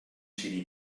ciri